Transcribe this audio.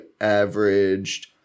averaged